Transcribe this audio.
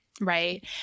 Right